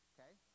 Okay